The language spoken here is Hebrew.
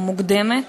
או מוקדמת,